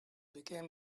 become